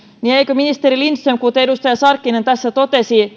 niin eikö ministeri lindström kuten edustaja sarkkinen tässä totesi